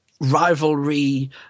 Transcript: rivalry